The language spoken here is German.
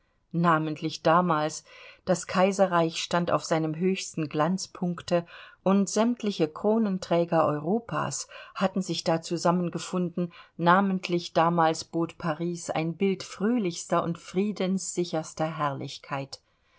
namentlich damals das kaiserreich stand auf seinem höchsten glanzpunkte und sämtliche kronenträger europas hatten sich da zusammengefunden namentlich damals bot paris ein bild fröhlichster und friedenssicherster herrlichkeit